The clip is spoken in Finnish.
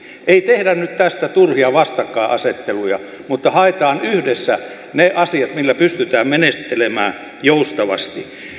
ei tehdä nyt tästä turhia vastakkainasetteluja mutta haetaan yhdessä ne asiat millä pystytään menettelemään joustavasti